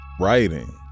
writing